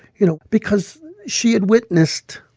you know, because she had witnessed